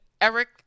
Eric